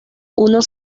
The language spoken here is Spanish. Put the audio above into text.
unos